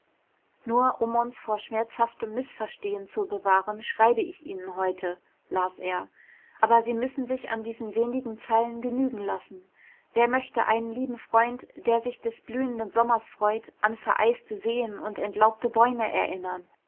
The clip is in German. nur um uns vor schmerzhaftem mißverstehen zu bewahren schreibe ich ihnen heute las er aber sie müssen sich an diesen wenigen zeilen genügen lassen wer möchte einen lieben freund der sich des blühenden sommers freut an vereiste seen und entlaubte bäume erinnern